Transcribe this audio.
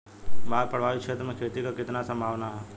बाढ़ प्रभावित क्षेत्र में खेती क कितना सम्भावना हैं?